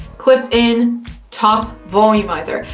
clip in top volumizer.